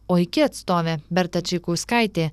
o iki atstovė berta čaikauskaitė